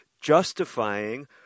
justifying